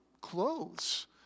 clothes